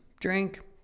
drink